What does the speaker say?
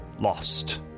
lost